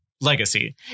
legacy